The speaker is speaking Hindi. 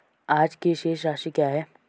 आज की शेष राशि क्या है?